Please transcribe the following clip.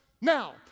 now